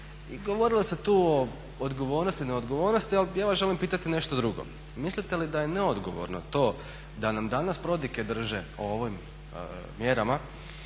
Govorilo se tu o odgovornosti, neodgovornosti, ali ja vas želim pitati nešto drugo. Mislite li da je neodgovorno to da nam danas prodike drže o ovim mjerama